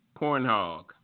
Cornhog